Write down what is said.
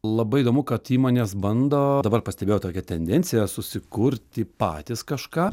labai įdomu kad įmonės bando dabar pastebėjau tokią tendenciją susikurti patys kažką